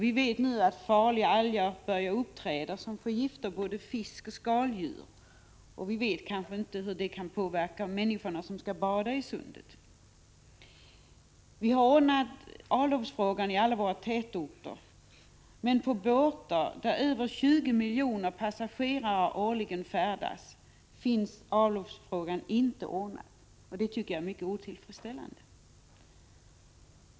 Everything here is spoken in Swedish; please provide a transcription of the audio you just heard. Vi vet nu att farliga alger, som förgiftar både fisk och skaldjur, börjar uppträda. Vi vet inte hur detta kan komma att påverka de människor som badar i Sundet. Vi har ordnat avloppsfrågan i alla våra tätorter, men på båtar, på vilka över 20 miljoner passagerare årligen färdas, är avloppsfrågan inte ordnad, och det tycker jag är mycket otillfredsställande.